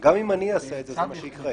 גם אם אני אעשה את זה, זה מה שיקרה.